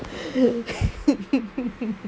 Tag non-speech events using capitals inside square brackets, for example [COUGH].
[LAUGHS]